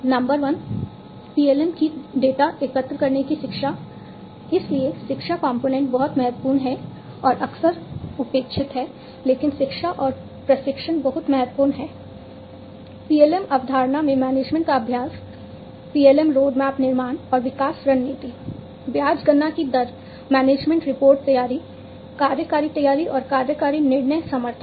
number 1 PLM की data निर्माण और विकास रणनीति ब्याज गणना की दर मैनेजमेंट रिपोर्ट तैयारी कार्यकारी तैयारी और कार्यकारी निर्णय समर्थन